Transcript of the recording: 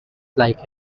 like